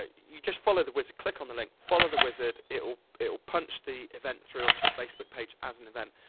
ah you just follow the wizard, click on the link, follow the wizard, it'll, it'll punch the event through onto your facebook page as an event.